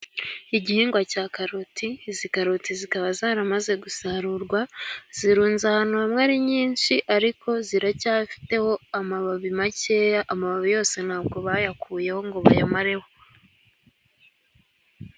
Igihingwa cya karoti. Izi karoti zikaba zaramaze gusarurwa. Zirunze ahantu hamwe ari nyinshi, ariko ziracyafiteho amababi makeya. Amababi yose ntabwo bayakuyeho ngo bayamareho.